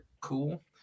cool